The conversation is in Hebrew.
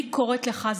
אני קוראת לך,